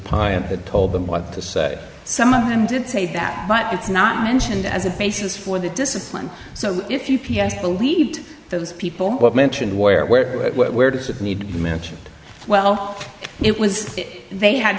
had told them what to say some of them did say that but it's not mentioned as a basis for the discipline so if you p s believed those people mentioned where where where does that need to mention well it was they had